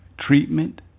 treatment